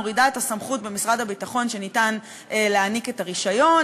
מורידה את הסמכות במשרד הביטחון שניתן לו להעניק את הרישיון,